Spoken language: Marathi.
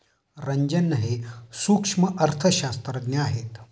रंजन हे सूक्ष्म अर्थशास्त्रज्ञ आहेत